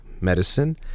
medicine